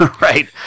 right